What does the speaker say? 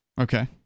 Okay